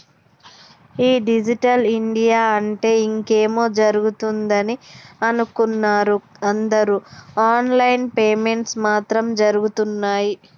ఈ digital India అంటే ఇంకేమో జరుగుతదని అనుకున్నరు అందరు ఆన్ లైన్ పేమెంట్స్ మాత్రం జరగుతున్నయ్యి